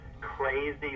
crazy